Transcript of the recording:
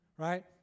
Right